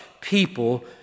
people